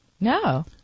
No